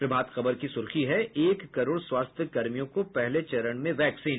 प्रभात खबर की सुर्खी है एक करोड़ स्वास्थ्य कर्मियों को पहले चरण में वैक्सीन